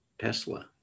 Tesla